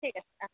ঠিক আছে